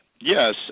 yes